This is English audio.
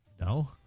No